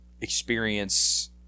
experience